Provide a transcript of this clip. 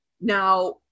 now